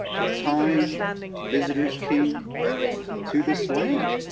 the time visitors came to this land!